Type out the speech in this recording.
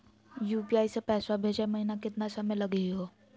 UPI स पैसवा भेजै महिना केतना समय लगही हो?